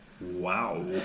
Wow